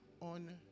on